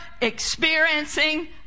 experiencing